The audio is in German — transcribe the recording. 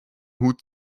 hut